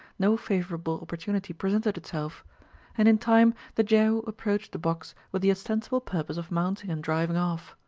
no favorable opportunity presented itself and in time the jehu approached the box with the ostensible purpose of mounting and driving off.